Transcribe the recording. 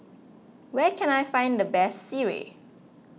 where can I find the best Sireh